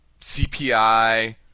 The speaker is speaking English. CPI